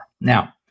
Now